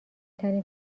ترین